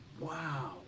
Wow